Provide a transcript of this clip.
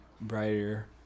brighter